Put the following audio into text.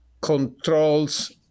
controls